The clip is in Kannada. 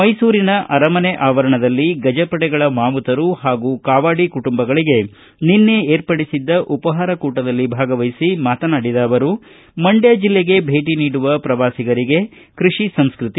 ಮೈಸೂರಿನ ಅರಮನೆ ಆವರಣದಲ್ಲಿ ಗಜಪಡೆಗಳ ಮಾವುತರು ಹಾಗೂ ಕಾವಾಡಿ ಕುಟುಂಬಗಳಿಗೆ ಏರ್ಪಡಿಸಿದ್ದ ಉಪಹಾರ ಕೂಟದಲ್ಲಿ ಭಾಗವಹಿಸಿ ಮಾತನಾಡಿದ ಅವರು ಮಂಡ್ಕ ಜಿಲ್ಲೆಗೆ ಭೇಟಿ ನೀಡುವ ಪ್ರವಾಸಿಗರಿಗೆ ಕೃಷಿ ಸಂಸ್ಕೃತಿ